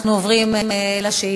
אנחנו עוברים לשאילתות.